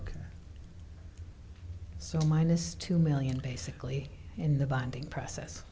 ok so minus two million basically in the bonding process